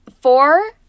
four